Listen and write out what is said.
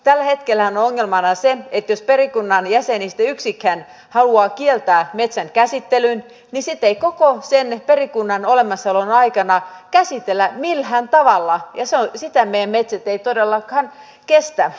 tällä hetkellähän on ongelmana se että jos perikunnan jäsenistä yksikin haluaa kieltää metsän käsittelyn niin sitten sitä ei koko sen perikunnan olemassaolon aikana käsitellä millään tavalla ja sitä meidän metsämme eivät todellakaan kestä